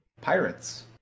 pirates